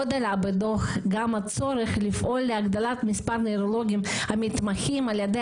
עוד עלה בדוח גם הצורך לפעול להגדלת מספר הנוירולוגים המתמחים על ידי